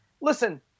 Listen